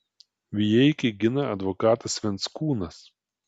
vijeikį gina advokatas venckūnas